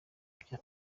bya